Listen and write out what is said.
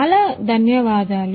చాలా ధన్యవాదాలు